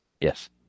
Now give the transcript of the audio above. Yes